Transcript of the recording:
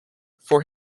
for